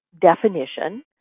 definition